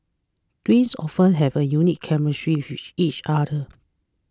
twins often have a unique chemistry with each other